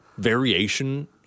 Variation